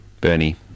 Bernie